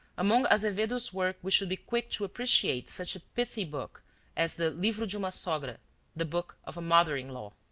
among azevedo's work we should be quick to appreciate such a pithy book as the livro de uma sogra the book of a mother-in-law.